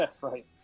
right